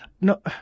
no